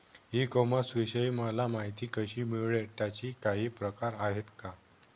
E कॉमर्सविषयी मला माहिती कशी मिळेल? त्याचे काही प्रकार आहेत का?